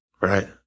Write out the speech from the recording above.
Right